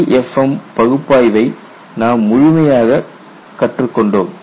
LEFM பகுப்பாய்வை நாம் முழுமையாகக் கற்றுக்கொண்டோம்